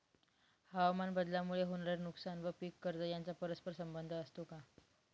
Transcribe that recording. हवामानबदलामुळे होणारे नुकसान व पीक कर्ज यांचा परस्पर संबंध असतो का?